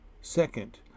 second